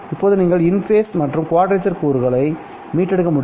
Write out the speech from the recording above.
இப்போது நீங்கள் இன்ஃபேஸ் மற்றும் குவாட்ரேச்சர் கூறுகளை மீட்டெடுக்க முடியும்